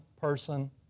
person